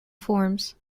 forms